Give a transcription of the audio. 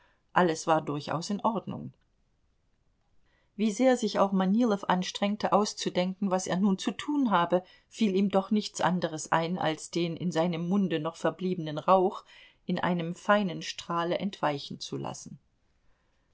alles war durchaus in ordnung wie sehr sich auch manilow anstrengte auszudenken was er nun zu tun habe fiel ihm doch nichts anderes ein als den in seinem munde noch verbliebenen rauch in einem feinen strahle entweichen zu lassen